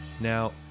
Now